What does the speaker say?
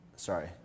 Sorry